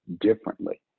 differently